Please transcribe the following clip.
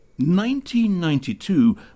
1992